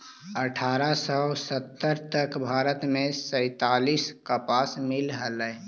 अट्ठारह सौ सत्तर तक भारत में सैंतालीस कपास मिल हलई